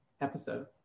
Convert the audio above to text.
episode